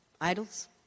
Idols